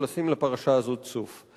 לשים לפרשה הזאת סוף.